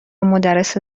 مدرس